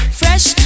fresh